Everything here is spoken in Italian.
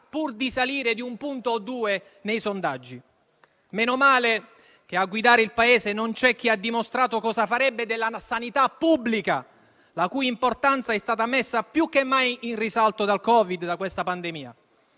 o di salire di un punto o due nei sondaggi. Meno male che a guidare il Paese non c'è chi ha dimostrato cosa farebbe della sanità pubblica, la cui importanza è stata messa più che mai in risalto dal Covid e da questa pandemia.